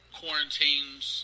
quarantines